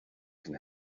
can